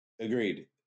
Agreed